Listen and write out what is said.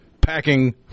packing